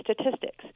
statistics